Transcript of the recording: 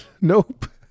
nope